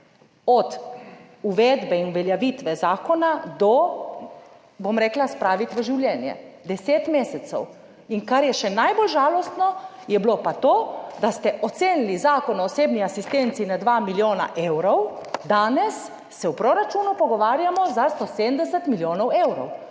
od uvedbe in uveljavitve zakona do, bom rekla, spraviti v življenje. Deset mesecev. In kar je še najbolj žalostno je bilo pa to, da ste ocenili Zakon o osebni asistenci na 2 milijona evrov, danes se v proračunu pogovarjamo za 170 milijonov evrov.